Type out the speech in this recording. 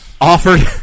Offered